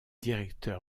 directeur